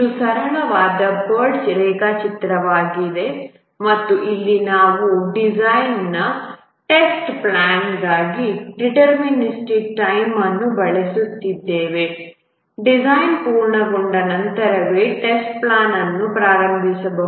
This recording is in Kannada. ಇದು ಸರಳವಾದ PERT ರೇಖಾಚಿತ್ರವಾಗಿದೆ ಮತ್ತು ಇಲ್ಲಿ ನಾವು ಡಿಸೈನ್ನ ಟೆಸ್ಟ್ ಪ್ಲಾನ್ಗಾಗಿ ಡಿಟರ್ಮಿನಿಸ್ಟಿಕ್ ಟೈಮ್ ಅನ್ನು ಬಳಸಿದ್ದೇವೆ ಡಿಸೈನ್ ಪೂರ್ಣಗೊಂಡ ನಂತರವೇ ಟೆಸ್ಟ್ ಪ್ಲಾನ್ ಅನ್ನು ಪ್ರಾರಂಭಿಸಬಹುದು